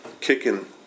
kicking